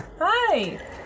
Hi